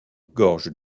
gorges